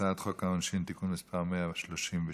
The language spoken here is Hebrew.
הצעת חוק העונשין (תיקון מס' 133)